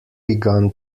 begun